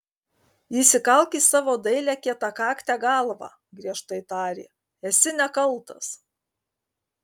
įsikalk į savo dailią kietakaktę galvą griežtai tarė esi nekaltas